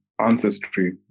Ancestry